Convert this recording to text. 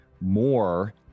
more